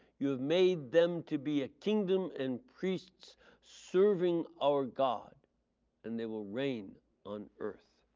you have made them to be a kingdom and priests serving our god and they will reign on earth.